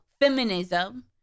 feminism